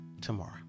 tomorrow